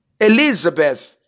Elizabeth